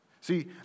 See